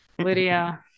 lydia